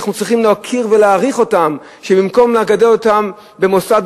אנחנו צריכים להוקיר ולהעריך אותם שבמקום לגדל אותם במוסד,